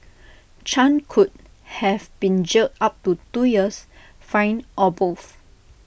chan could have been jailed up to two years fined or both